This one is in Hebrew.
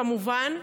כמובן,